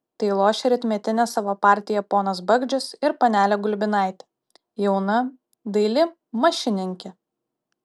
tai lošia rytmetinę savo partiją ponas bagdžius ir panelė gulbinaitė jauna daili mašininkė